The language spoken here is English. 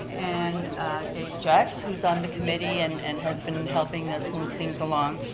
and dave jacks who's on the committee and and has been helping us move things along.